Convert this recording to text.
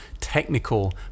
technical